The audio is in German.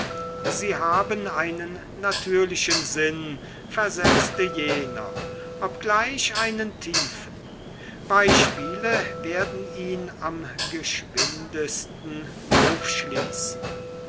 sie haben einen natürlichen sinn versetzte jener obgleich einen tiefen beispiele werden ihn am geschwindesten aufschließen